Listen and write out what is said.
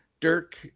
Dirk